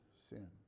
sin